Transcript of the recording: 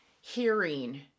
hearing